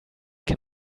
can